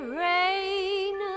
rain